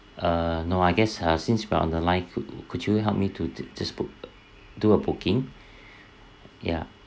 err no I guess uh since we're on the line could could you help me to just just book do a booking ya